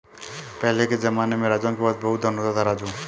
पहले के जमाने में राजाओं के पास बहुत धन होता था, राजू